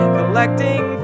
collecting